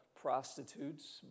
prostitutes